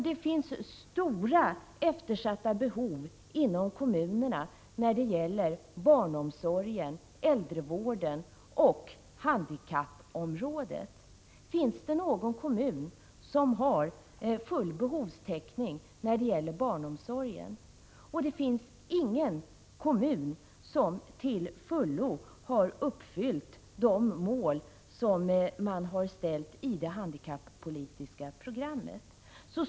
Det finns vidare stora eftersatta behov inom kommunerna när det gäller barnomsorgen och äldrevården samt på handikappområdet. Finns det någon kommun som har full behovstäckning i fråga om barnomsorgen? Det finns ingen kommun som till fullo har uppnått de mål som ställdes i det handikappolitiska programmet.